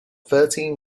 thirteen